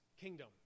kingdom